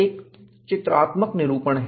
एक चित्रात्मक निरूपण है